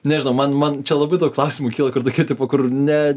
nežinau man man čia labai daug klausimų kyla kur tokia tipo kur net